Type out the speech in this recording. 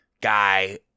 guy